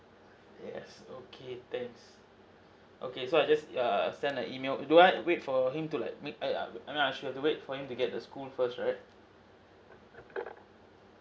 yes okay thanks okay so I just err send the email do I wait for him to like make err I I mean I should have to wait for him to get the school first right